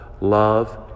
love